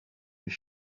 his